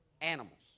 animals